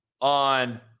on